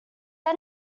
had